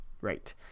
Right